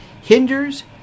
Hinders